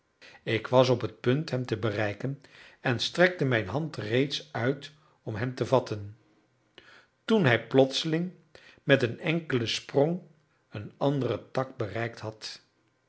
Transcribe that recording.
ik was op het punt hem te bereiken en strekte mijn hand reeds uit om hem te vatten toen hij plotseling met een enkelen sprong een anderen tak bereikt had